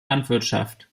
landwirtschaft